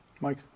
Mike